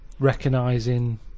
recognizing